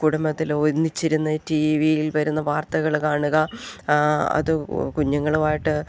കുടുംബത്തിലൊന്നിച്ചിരുന്ന് ടീ വിയിൽ വരുന്ന വാർത്തകൾ കാണുക അത് കുഞ്ഞുങ്ങളുമായിട്ട്